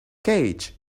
cage